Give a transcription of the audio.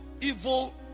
evil